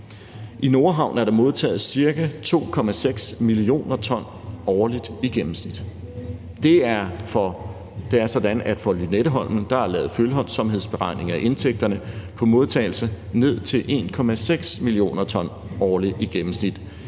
I Nordhavn er der modtaget ca. 2,6 mio. ton årligt i gennemsnit. Det er sådan, at der for Lynetteholm er lavet følsomhedsberegninger af indtægterne på modtagelse af ned til 1,6 mio. ton årligt i gennemsnit,